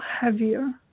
heavier